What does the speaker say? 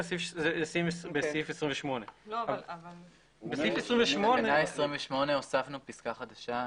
לסעיף 28. בתקנה 28 הוספנו פסקה חדשה.